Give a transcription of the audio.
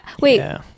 Wait